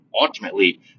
ultimately